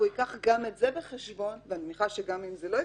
והוא ייקח גם את זה בחשבון ואני מניחה שגם אם זה לא יתוקן,